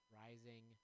rising